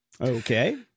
Okay